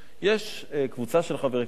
יש קבוצה של חברי כנסת